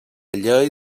llei